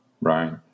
Right